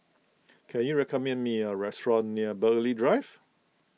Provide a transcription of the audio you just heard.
can you recommend me a restaurant near Burghley Drive